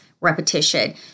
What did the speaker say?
repetition